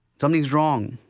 something's wrong.